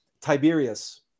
Tiberius